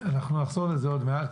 אנחנו נחזור לזה עוד מעט,